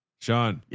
john. yes.